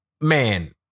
man